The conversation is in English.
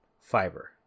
fiber